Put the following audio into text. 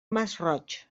masroig